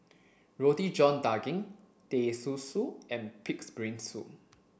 roti john daging teh susu and pig's brain soup